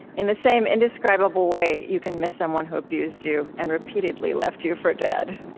in the same indescribable way you can miss someone who abused you and repeatedly left you for dead.